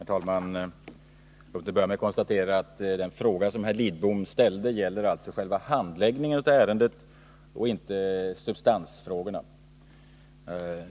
Nr 69 Herr talman! Jag vill börja med att konstatera att den fråga som herr Måndagen den Lidbom ställde gäller själva handläggningen av ärendet och inte substans 2 februari 1981 frågorna.